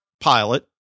pilot